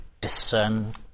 discern